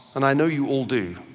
and i know you all do.